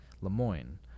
Lemoyne